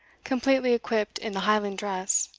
completely equipped in the highland dress,